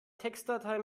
textdatei